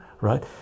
right